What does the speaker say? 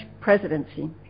presidency